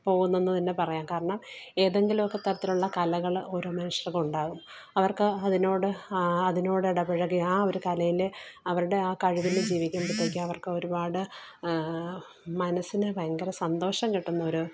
പോകുന്നെന്ന് തന്നെ പറയാം കാരണം ഏതെങ്കിലുവൊക്കെ തരത്തിലുള്ള കലകള് ഓരോ മനുഷ്യർക്കും ഉണ്ടാകും അവർക്ക് അതിനോട് അതിനോട് ഇടപഴകി ആ ഒരു കലയില് അവരുടെ ആ കഴിവില് ജീവിക്കുമ്പത്തേക്കും അവർക്ക് ഒരുപാട് മനസ്സിന് ഭയങ്കര സന്തോഷം കിട്ടുന്നൊരു